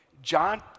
John